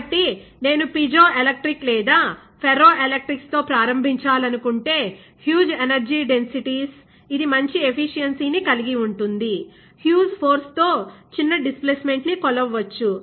కాబట్టి నేను పిజోఎలెక్ట్రిక్ లేదా ఫెర్రోఎలెక్ట్రిక్స్ తో ప్రారంభించాలనుకుంటే హ్యూజ్ ఎనర్జీ డెన్సిటీస్ ఇది మంచి ఎఫిషియన్సీ ని కలిగి ఉంటుంది హ్యూజ్ ఫోర్స్ తో చిన్న డిస్ప్లేసెమెంట్ని కొలవవచ్చు